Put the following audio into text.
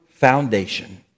foundation